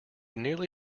nearly